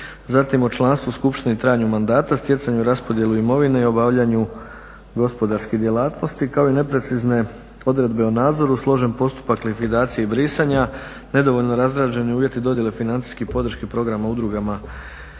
zatim o članstvu skupštine i trajanju mandata, stjecanju raspodjele imovine i obavljanju gospodarskih djelatnosti kao i neprecizne odredbe o nadzoru, složen postupak likvidacije i brisanja, nedovoljno razrađeni uvjeti dodjele financijske podrške programa udrugama